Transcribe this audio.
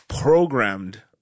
programmed